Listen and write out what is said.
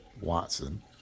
Watson